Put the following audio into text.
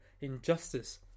injustice